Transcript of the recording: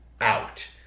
out